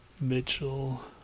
mitchell